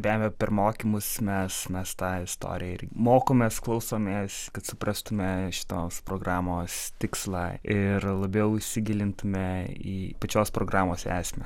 be abejo per mokymus mes mes tą istoriją ir mokomės klausomės kad suprastumėme šitos programos tikslą ir labiau įsigilintume į pačios programos esmę